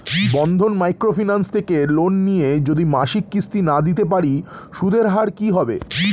বন্ধন micro finance থেকে loan নিয়ে যদি মাসিক কিস্তি না দিতে পারি সুদের হার কি হবে?